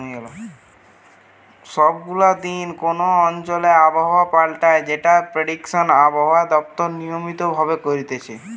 সব গুলা দিন কোন অঞ্চলে আবহাওয়া পাল্টায় যেটার প্রেডিকশন আবহাওয়া দপ্তর নিয়মিত ভাবে করতিছে